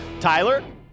Tyler